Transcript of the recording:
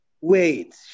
Wait